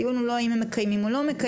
הדיון הוא לא אם הם מקיימים או לא מקיימים,